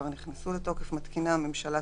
יחולו לגבי מקום ציבורי או עסקי המצוי בתוך קניון".